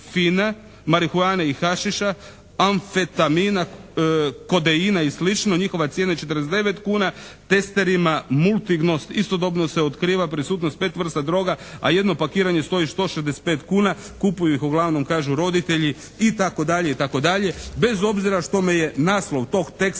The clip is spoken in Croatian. marihuane i hašiša, anfetamina, kodeina i sl. Njihova cijena je 49 kuna, testerima MultiGnost istodobno se otkriva prisutnost pet vrsta droga, a jedno pakiranje stoji 165 kuna, kupuju ih uglavnom kažu roditelji itd. itd. bez obzira što me je naslov tog teksta